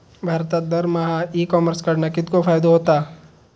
भारतात दरमहा e commerce कडणा कितको फायदो होता?